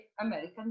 American